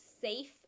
safe